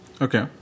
Okay